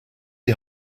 die